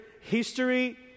history